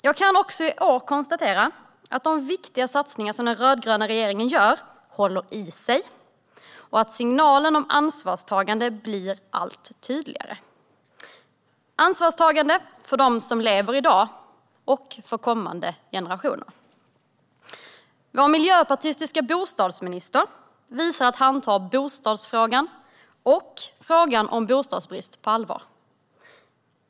Jag kan också i år konstatera att de viktiga satsningar som den rödgröna regeringen gör håller i sig och att signalen om ansvarstagande blir allt tydligare. Det är ansvarstagande för dem som lever i dag och för kommande generationer. Vår miljöpartistiske bostadsminister visar att han tar bostadsfrågan och frågan om bostadsbrist på allvar.